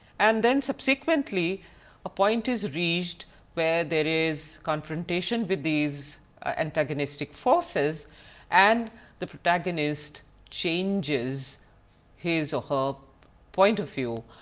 and then subsequently a point is reached where there is confrontation with these antagonistic forces and the protagonist changes his or her point of view.